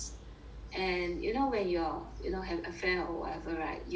and you know when you're you know have affair or whatever right you